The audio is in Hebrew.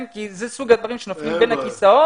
כי זה מסוג הדברים שנופלים בין הכיסאות.